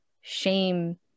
shame